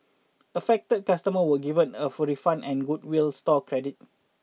affected customers were given a full refund and goodwill store credit